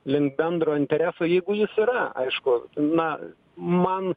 link bendro intereso jeigu jis yra aišku na man